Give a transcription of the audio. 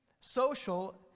social